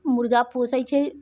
मुर्गा पोसै छै